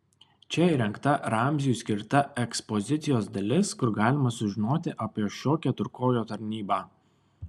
čia įrengta ramziui skirta ekspozicijos dalis kur galima sužinoti apie šio keturkojo tarnybą